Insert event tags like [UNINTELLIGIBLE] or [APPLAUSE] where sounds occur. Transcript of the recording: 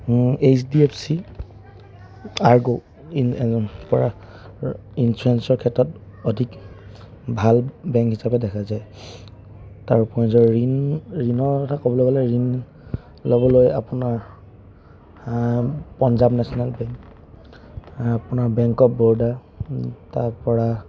H D F C ERGO পৰা ইঞ্চুৰেঞ্চৰ ক্ষেত্ৰত অধিক ভাল বেংক হিচাপে দেখা যায় [UNINTELLIGIBLE] ঋণ ঋণৰ কথা ক'বলৈ গ'লে ঋণ ল'বলৈ আপোনাৰ পঞ্জাৱ নেশ্যনেল বেংক আপোনাৰ বেংক অফ বৰোদা তাৰপৰা